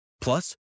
Plus